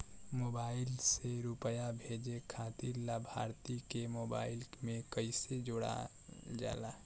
Mobile से रूपया भेजे खातिर लाभार्थी के मोबाइल मे कईसे जोड़ल जाला?